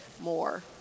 more